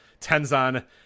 Tenzan